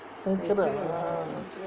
natural ah